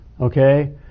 Okay